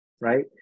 Right